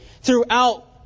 throughout